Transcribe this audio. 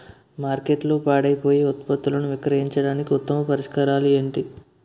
మార్కెట్లో పాడైపోయే ఉత్పత్తులను విక్రయించడానికి ఉత్తమ పరిష్కారాలు ఏంటి?